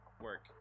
work